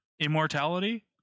immortality